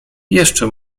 jeszcze